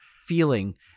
feeling